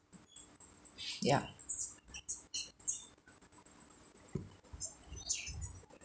ya